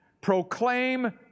proclaim